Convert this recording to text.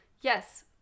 yes